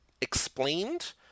explained